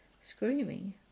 screaming